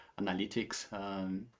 analytics